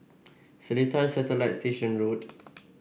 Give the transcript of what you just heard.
Seletar Satellite Station Road